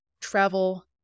travel